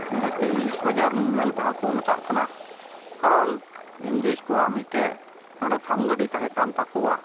ᱢᱤᱫᱚᱠᱛᱮ ᱤᱝᱞᱤᱥᱵᱟᱡᱟᱨ ᱢᱮᱱᱛᱮᱦᱚᱸ ᱠᱚ ᱢᱮᱛᱟᱜ ᱠᱟᱱᱟ ᱠᱟᱨᱚᱱ ᱤᱝᱨᱮᱡᱽ ᱠᱚᱣᱟᱜ ᱢᱤᱫᱴᱮᱱ ᱱᱚᱰᱮ ᱛᱷᱟᱢᱜᱟᱹᱰᱤ ᱛᱟᱦᱮᱸᱠᱟᱱ ᱛᱟᱠᱚᱣᱟ